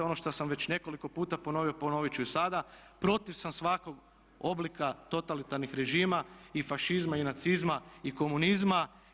Ono što sam već nekoliko puta ponovio, ponoviti ću i sada protiv sam svakog oblika totalitarnih režima i fašizma i nacizma i komunizma.